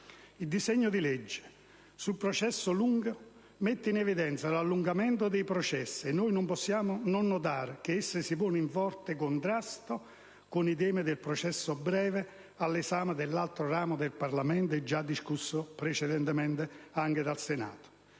Il disegno di legge sul processo lungo mette in evidenza l'allungamento dei processi, e noi non possiamo non notare che esso si pone in forte contrasto con i temi del processo breve, all'esame dell'altro ramo del Parlamento e già precedentemente discusso dal Senato.